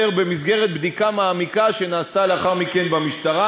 במסגרת בדיקה מעמיקה שנעשתה לאחר מכן במשטרה,